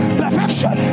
perfection